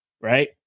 right